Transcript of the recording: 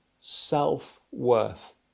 self-worth